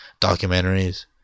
documentaries